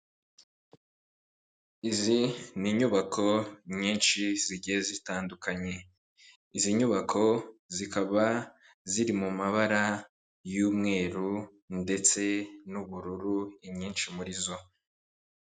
Izi ni inyubako nyinshi zigiye zitandukanye, izi nyubako zikaba ziri mu mabara y'umweru ndetse n'ubururu inyinshi muri zo.